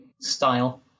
style